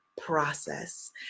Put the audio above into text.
process